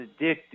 addictive